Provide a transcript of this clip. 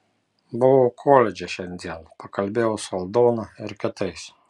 buvau koledže šiandien pakalbėjau su aldona ir kitais